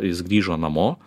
jis grįžo namo